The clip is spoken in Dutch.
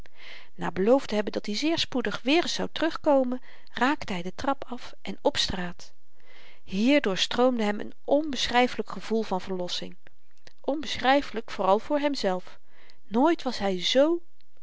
na beloofd te hebben dat-i zeer spoedig weer eens zou terugkomen raakte hy de trap af en op straat hier doorstroomde hem n onbeschryfelyk gevoel van verlossing onbeschryfelyk vooral voor hemzelf nooit was hy zoo